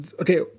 Okay